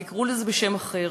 תקראו לזה בשם אחר.